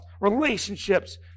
relationships